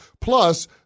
Plus